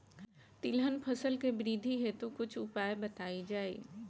तिलहन फसल के वृद्धी हेतु कुछ उपाय बताई जाई?